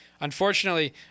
unfortunately